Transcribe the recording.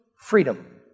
freedom